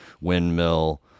windmill